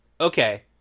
Okay